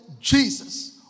Jesus